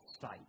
sight